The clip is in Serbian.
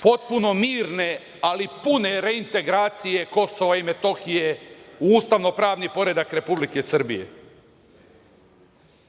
potpuno mirne ali pune reintegracije Kosova i Metohije u ustavno-pravni poredak Republike Srbije,